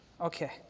Okay